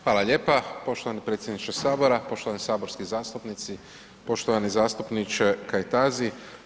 Hvala lijepa poštovani predsjedniče Sabora, poštovani saborski zastupnici, poštovani zastupniče Kajtazi.